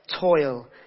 toil